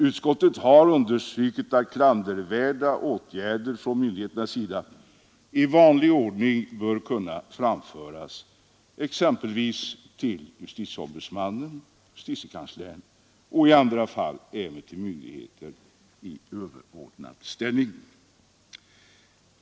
Utskottet har understrukit att klandervärda åtgärder från myndigheternas sida i vanlig ordning bör kunna framföras exempelvis till justitieombudsmannen, justitiekanslern och i andra fall även till myndigheter i överordnad ställning.